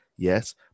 Yes